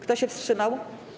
Kto się wstrzymał?